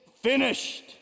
finished